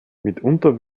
mitunter